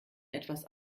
etwas